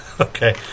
Okay